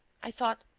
i thought.